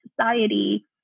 society